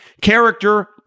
character